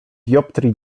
dioptrii